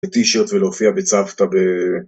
וטי שירט ולהופיע בצוותא ב...